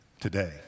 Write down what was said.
today